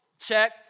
check